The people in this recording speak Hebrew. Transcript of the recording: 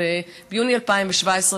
שביולי 2017,